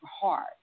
hard